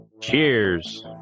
Cheers